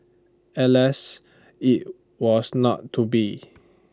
alas IT was not to be